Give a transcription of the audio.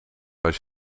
als